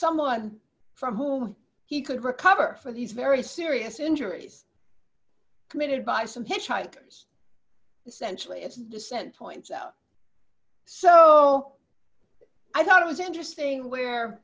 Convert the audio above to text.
someone from who he could recover for these very serious injuries committed by some hitchhikers sensually its descent points so i thought it was interesting where